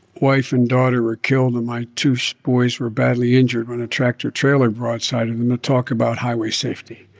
wife and daughter were killed and my two so boys were badly injured when a tractor-trailer broadsided them, to talk about highway safety.